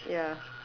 ya